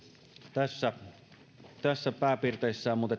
tässä tässä pääpiirteissään mutta